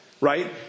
right